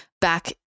back